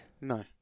no